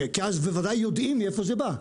כי אז בוודאי יודעים מאיפה זה בא.